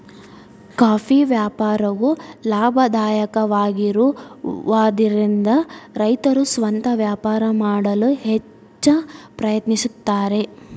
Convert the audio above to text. coffee ವ್ಯಾಪಾರವು ಲಾಭದಾಯಕವಾಗಿರುವದರಿಂದ ರೈತರು ಸ್ವಂತ ವ್ಯಾಪಾರ ಮಾಡಲು ಹೆಚ್ಚ ಪ್ರಯತ್ನಿಸುತ್ತಾರೆ